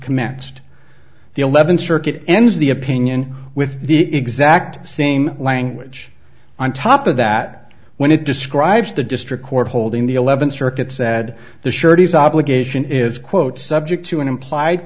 commenced the eleventh circuit ends the opinion with the exact same language on top of that when it describes the district court holding the eleventh circuit said the sureties obligation is quote subject to an implied